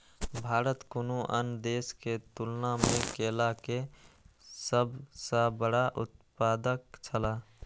भारत कुनू अन्य देश के तुलना में केला के सब सॉ बड़ा उत्पादक छला